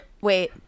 wait